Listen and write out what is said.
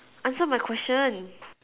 answer my question